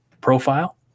profile